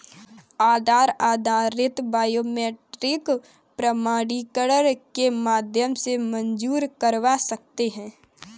आधार आधारित बायोमेट्रिक प्रमाणीकरण के माध्यम से मंज़ूर करवा सकते हैं